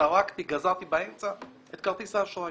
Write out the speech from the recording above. זרקתי, גזרתי באמצע, את כרטיס האשראי.